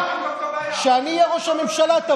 אתה לא מדבר על אלימות, אבל איפה ההתעוררות שכנגד?